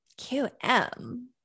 QM